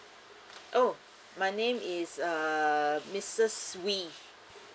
oh my name is uh misses wee